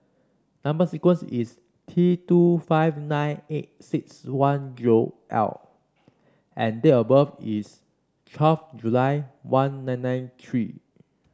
number sequence is T two five nine eight six one zero L and date of birth is twelfth July one nine nine three